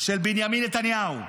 של בנימין נתניהו: